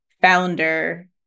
founder